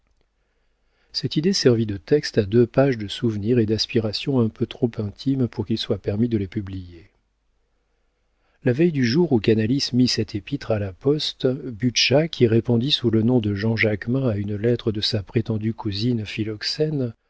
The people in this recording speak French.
cette idée servit de texte à deux pages de souvenirs et d'aspirations un peu trop intimes pour qu'il soit permis de les publier la veille du jour où canalis mit cette épître à la poste butscha qui répondit sous le nom de jean jacmin à une lettre de sa prétendue cousine